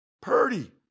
Purdy